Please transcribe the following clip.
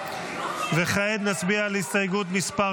כעת נצביע על הסתייגות מס'